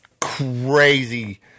crazy